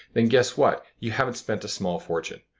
then guess what? you haven't spent a small fortune.